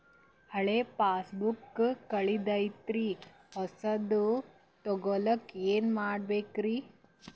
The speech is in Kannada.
ಹಳೆ ಪಾಸ್ಬುಕ್ ಕಲ್ದೈತ್ರಿ ಹೊಸದ ತಗೊಳಕ್ ಏನ್ ಮಾಡ್ಬೇಕರಿ?